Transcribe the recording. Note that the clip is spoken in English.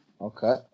Okay